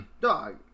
Dog